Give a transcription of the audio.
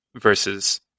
versus